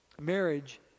Marriage